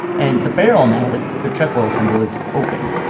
and the barrel now with the trefoil symbol is open.